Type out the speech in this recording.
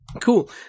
Cool